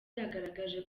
yagaragaje